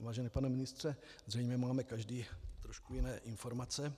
Vážený pane ministře, zřejmě máme každý trošku jiné informace.